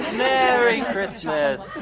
merry christmas.